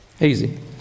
Easy